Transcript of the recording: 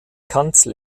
kanzel